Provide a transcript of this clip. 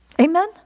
Amen